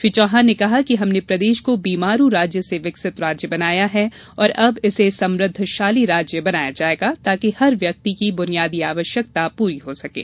श्री चौहान ने कहा कि हमने प्रदेश को बीमारू राज्य से विकसित राज्य बनाया है और अब इसे समृद्वशाली राज्य बनाया जायेगा ताकि हर व्यक्ति की बुनियादी आवश्यकता पूरी हो सकें